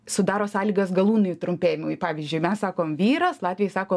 sudaro sąlygas galūnių trumpėjimui pavyzdžiui mes sakom vyras latviai sako